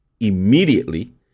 immediately